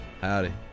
Howdy